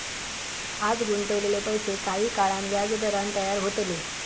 आज गुंतवलेले पैशे काही काळान व्याजदरान तयार होतले